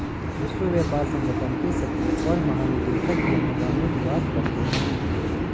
विश्व व्यापार संगठन के सचिव और महानिदेशक जेनेवा में निवास करते हैं